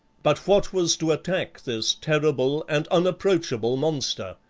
but what was to attack this terrible and unapproachable monster?